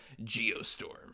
Geostorm